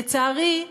לצערי,